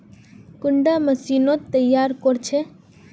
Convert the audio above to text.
कुंडा मशीनोत तैयार कोर छै?